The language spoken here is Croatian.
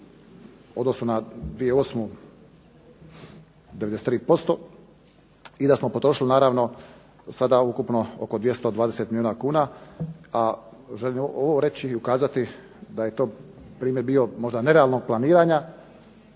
odnosu na 2008. 93% i da smo potrošili naravno sada ukupno oko 220 milijuna kuna. A želim ovo reći i ukazati da je to primjer bio možda nerealnog planiranja